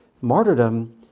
martyrdom